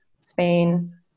Spain